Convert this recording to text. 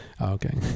Okay